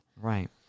Right